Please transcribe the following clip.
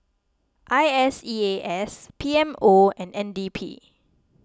I S E A S P M O and N D P